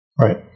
Right